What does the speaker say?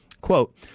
quote